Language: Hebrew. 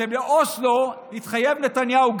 שנתניהו התחייב באוסלו,